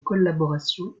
collaboration